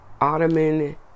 ottoman